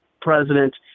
President